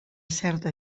certa